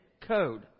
code